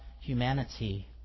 humanity